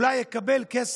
אולי הוא גם יקבל כסף